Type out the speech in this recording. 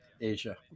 Asia